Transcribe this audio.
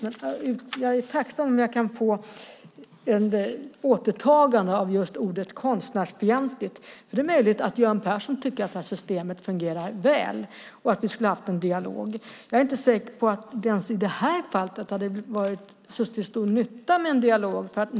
Men jag vore tacksam om jag kan få ett återtagande av just ordet "konstnärsfientligt". Det är möjligt att Göran Persson tycker att detta system fungerar väl och att vi skulle ha haft en dialog. Jag är inte säker på att det ens i detta fall hade varit till så stor nytta med en dialog.